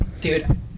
Dude